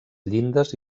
llindes